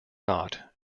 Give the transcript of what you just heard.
not